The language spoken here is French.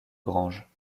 grange